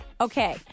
Okay